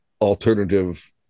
alternative